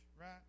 right